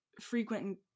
frequent